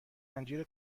انجیر